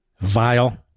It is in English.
vile